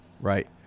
right